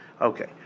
Okay